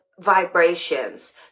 vibrations